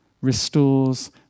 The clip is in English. restores